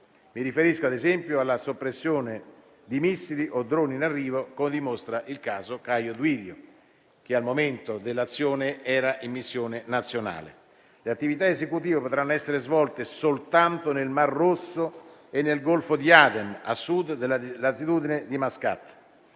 Mi riferisco, ad esempio, alla soppressione di missili o droni in arrivo, come dimostra il caso Caio Duilio che, al momento dell'azione, era in missione nazionale. Le attività esecutive potranno essere svolte soltanto nel Mar Rosso e nel Golfo di Aden, a sud della latitudine di Mascate.